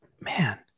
man